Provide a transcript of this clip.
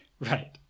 Right